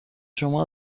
شما